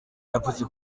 yavuze